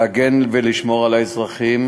להגן ולשמור על האזרחים,